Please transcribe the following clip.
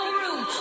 room